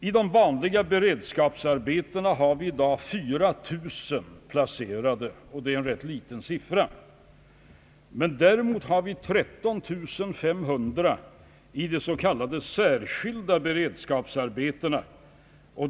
I de vanliga beredskapsarbetena har vi i dag 4000 personer placerade, och det är en rätt låg siffra. Däremot har vi 13 500 personer i de s.k. särskilda beredskapsarbetena.